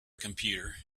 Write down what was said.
computer